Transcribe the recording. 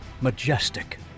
majestic